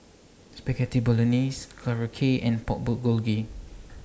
Spaghetti Bolognese Korokke and Pork Bulgogi